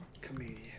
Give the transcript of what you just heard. Comedian